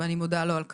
אני מודה לו על כך.